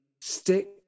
stick